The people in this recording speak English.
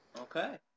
Okay